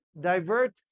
divert